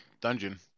dungeon